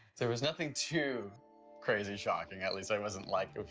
there was nothing too crazy shocking. at least i wasn't, like,